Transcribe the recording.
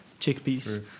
chickpeas